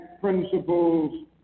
principles